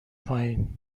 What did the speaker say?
پایین